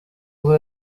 ubwo